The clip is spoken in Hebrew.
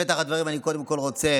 בפתח הדברים אני קודם כול רוצה